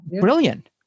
brilliant